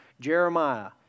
Jeremiah